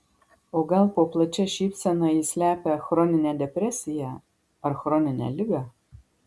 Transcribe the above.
o gal po plačia šypsena ji slepia chroninę depresiją ar chroninę ligą